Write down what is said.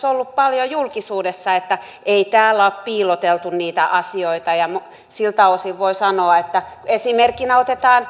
ollut paljon julkisuudessa että ei täällä ole piiloteltu niitä asioita ja siltä osin voi sanoa että esimerkkinä otetaan